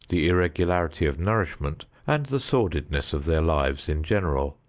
the irregularity of nourishment, and the sordidness of their lives in general.